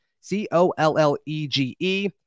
C-O-L-L-E-G-E